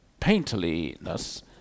painterliness